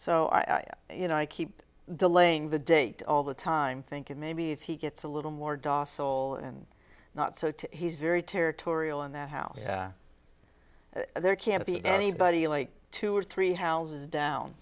so i you know i keep delaying the date all the time thinking maybe if he gets a little more docile and not so to he's very territorial in that house there can't be anybody like two or three houses down